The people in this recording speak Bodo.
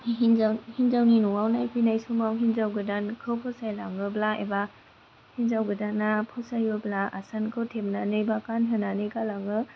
हिन्जावनि न'आव नायफैनाय समाव हिन्जाव गोदोनखौ फसाय लाङोब्ला एबा हिन्जाव गोदानआ फसायोब्ला आसानखौ थेबनानै बा गानहोनानै गालाङो